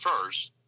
first